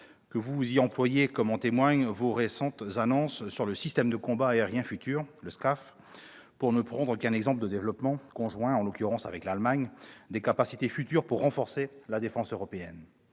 que vous vous y employez, comme en témoignent vos récentes annonces sur le système de combat aérien futur, le SCAF, pour ne prendre qu'un exemple d'un développement conjoint, en l'occurrence avec l'Allemagne, de capacités futures pour renforcer la défense européenne.